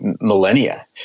millennia